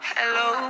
Hello